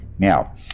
Now